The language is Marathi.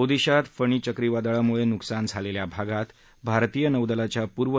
ओदिशात फनी चक्रीवादळामुळे नुकसान झालेल्या भागात भारतीय नौदलाच्या पूर्व